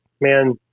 man